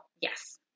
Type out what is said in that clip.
Yes